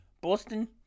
Boston